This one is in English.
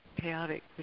chaotic